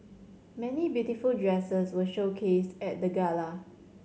many beautiful dresses were showcased at the gala